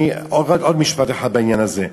עוד משפט בעניין הזה.